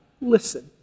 Listen